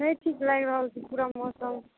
नहि ठीक लागि रहल छै पूरा मौसम